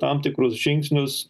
tam tikrus žingsnius